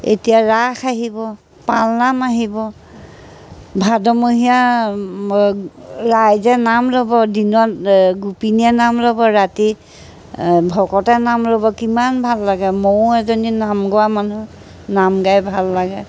এতিয়া ৰাস আহিব পালনাম আহিব ভাদমহীয়া ৰাইজে নাম ল'ব দিনত গোপিনীয়ে নাম ল'ব ৰাতি ভকতে নাম ল'ব কিমান ভাল লাগে ময়ো এজনী নাম গোৱা মানুহ নাম গাই ভাল লাগে